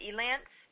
Elance